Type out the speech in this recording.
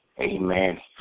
amen